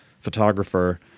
photographer